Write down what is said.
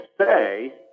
say